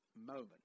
moment